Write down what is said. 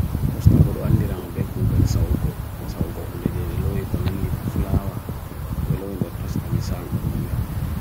Toastapolo andirama be kougal sa ogoh. Sa ogoh hunda jye velohi konandi pa flawa. Velohi hunda toastan isan bongula.